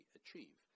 achieve